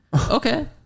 Okay